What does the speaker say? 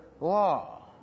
law